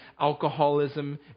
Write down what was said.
alcoholism